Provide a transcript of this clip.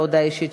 ההודעה האישית